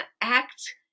act